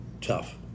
tough